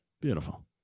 Beautiful